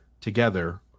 together